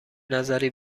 نظری